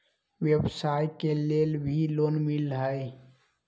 व्यवसाय के लेल भी लोन मिलहई?